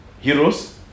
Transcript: heroes